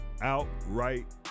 outright